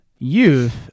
youth